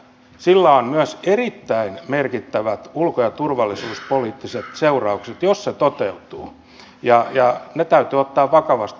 sillä on myös erittäin merkittävät ulko ja turvallisuuspoliittiset seuraukset jos se toteutuu ja ne täytyy ottaa vakavasti